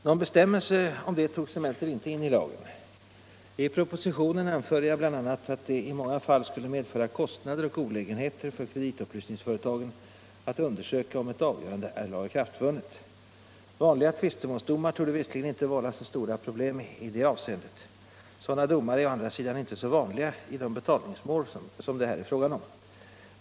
Någon bestämmelse härom togs emellertid inte in i lagen. I propositionen anförde jag bl.a. att det i många fall skulle medföra kostnader och olägenheter för kreditupplysningsföretagen att undersöka om ett avgörande är lagakraftvunnet. Vanliga tvistemålsdomar torde visserligen inte vålla så stora problem i det avseendet. Sådana domar är å andra sidan inte så vanliga i de betalningsmål som det här är fråga om.